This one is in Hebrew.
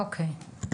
אוקי.